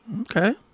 Okay